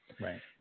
Right